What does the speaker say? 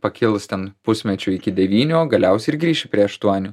pakils ten pusmečiui iki devynių o galiausiai ir grįši prie aštuonių